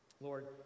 Lord